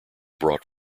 brought